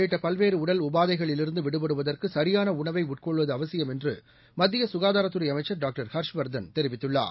உள்ளிட்டபல்வேறுஉடல் உடல் பருமன் உபாதைகளிலிருந்துவிடுபடுவதற்குசரியானஉணவைஉட்கொள்வதுஅவசியம் என்றுமத்தியசுகாதாரத்துறைஅமைச்சர் டாக்டர் ஹர்ஷ்வர்தன் தெரிவித்துள்ளார்